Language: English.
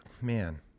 man